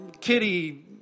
kitty